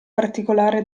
particolare